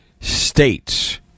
states